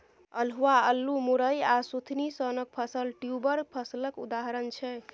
अल्हुआ, अल्लु, मुरय आ सुथनी सनक फसल ट्युबर फसलक उदाहरण छै